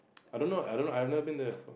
I don't know I don't know I have not been this